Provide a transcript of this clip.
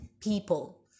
people